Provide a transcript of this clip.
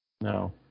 no